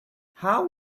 how